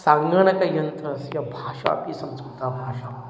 सङ्गणकयन्त्रस्य भाषापि संस्कृता भाषा